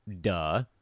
Duh